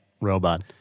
Robot